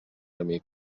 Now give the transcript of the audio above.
amic